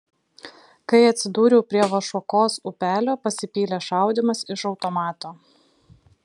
kai atsidūriau prie vašuokos upelio pasipylė šaudymas iš automato